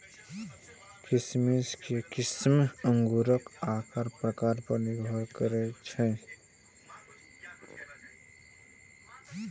किशमिश के किस्म अंगूरक आकार प्रकार पर निर्भर करै छै